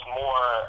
more